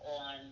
on